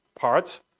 parts